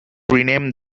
rename